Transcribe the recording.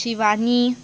Shivani